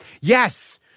Yes